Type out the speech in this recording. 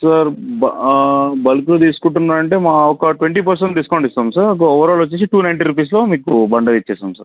sir బల్క్లో తీసుకుంటున్నా అంటే మా ఒక ట్వెంటీ పర్సెంట్ డిస్కౌంట్ ఇస్తాం సార్ మీకు ఓవరాల్ వచ్చేసి టు నైంటీ రూపీస్లో మీకు బండల్ ఇచ్చేస్తాం సార్